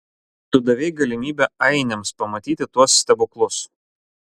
tu davei galimybę ainiams pamatyti tuos stebuklus